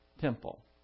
temple